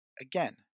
again